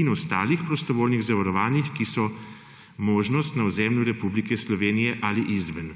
in ostalih prostovoljnih zavarovanj, ki so možna na ozemlju Republike Slovenije ali izven.